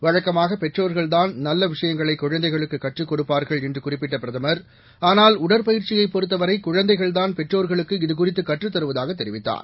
வழக்கமாக பெற்றோர்கள்தான் நல்ல விஷயங்களை குழந்தைகளுக்கு கற்றக் கொடுப்பர்கள் என்று குறிப்பிட்ட பிரதம் ஆனால் உடற்பயிற்சியை பொறுத்தவரை குழந்தைகள்தான் பெற்றோர்களுக்கு இது குறித்து கற்றுத்தருவதாகத் தெரிவித்தார்